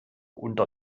unter